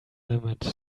limit